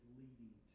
leading